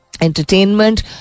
Entertainment